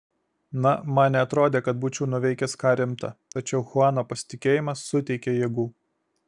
na man neatrodė kad būčiau nuveikęs ką rimta tačiau chuano pasitikėjimas suteikė jėgų